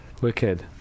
wicked